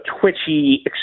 twitchy